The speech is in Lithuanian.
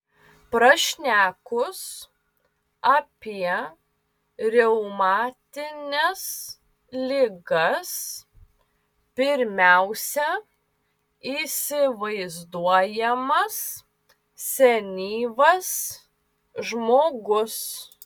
prašnekus apie reumatines ligas pirmiausia įsivaizduojamas senyvas žmogus